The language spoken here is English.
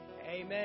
Amen